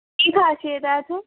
ਕੀ ਖ਼ਾਸੀਅਤ ਹੈ ਇੱਥੇ